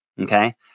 okay